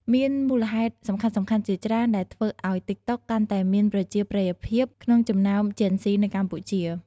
មានមូលហេតុសំខាន់ៗជាច្រើនដែលធ្វើឱ្យ តិកតុក កាន់តែមានប្រជាប្រិយភាពក្នុងចំណោមជេនហ្ស៊ីនៅកម្ពុជា។